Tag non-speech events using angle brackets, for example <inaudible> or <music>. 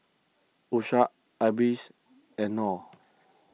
<unintelligible> Idris and Nor